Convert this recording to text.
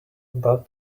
about